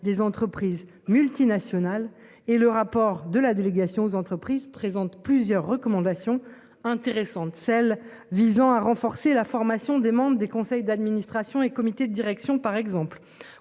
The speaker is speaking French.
des entreprises multinationales et le rapport de la délégation aux entreprises présente plusieurs recommandations intéressantes celle visant à renforcer la formation des membres des conseils d'administration et comité de direction par exemple